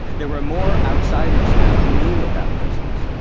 there were more outsiders now who knew about prisons.